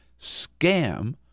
scam